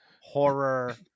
horror